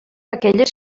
aquelles